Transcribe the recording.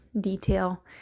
detail